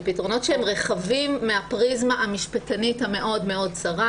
לפתרונות שהם רחבים מן הפריזמה המשפטנית המאוד מאוד צרה.